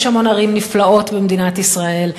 יש המון ערים נפלאות במדינת ישראל,